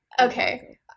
okay